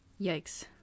yikes